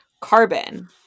carbon